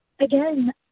again